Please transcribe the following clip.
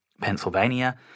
Pennsylvania